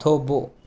થોભો